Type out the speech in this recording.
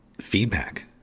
feedback